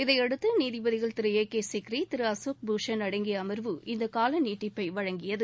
இதையடுத்து நீதிபதிகள் திரு ஏ கே சிக்ரி திரு அசோக் பூஷன் அடங்கிய அமர்வு இந்த கால நீட்டிப்பை வழங்கியது